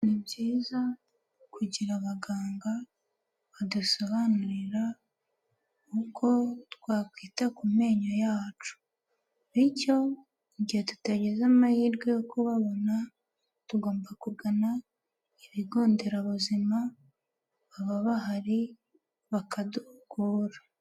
Ni byiza kugira abaganga badusobanurira uko twakwita ku menyo yacu, bityo igihe tutagize amahirwe yo kubabona, tugomba kugana ibigo nderabuzima baba bahari bakaduhugura.